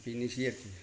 बेनोसै आरोखि